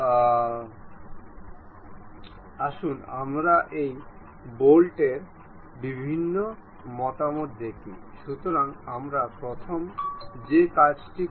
ধরুন এই বিশেষ ব্লকের অরিজিন আছে আমরা এখানে এই অরিজিন দেখতে পাচ্ছি